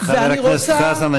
דמוקרטיה חבר הכנסת חזן,